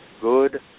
good